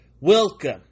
Welcome